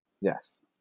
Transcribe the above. Yes